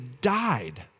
died